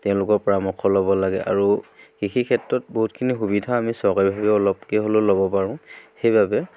তেওঁলোকৰ পৰামৰ্শ ল'ব লাগে আৰু কৃষি ক্ষেত্ৰত বহুতখিনি সুবিধা আমি চৰকাৰীভাৱে অলপকৈ হ'লেও ল'ব পাৰোঁ সেইবাবে